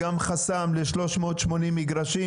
שהוא גם חסם ל-380 מגרשים?